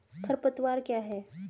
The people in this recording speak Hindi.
खरपतवार क्या है?